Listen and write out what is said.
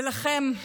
ומכם,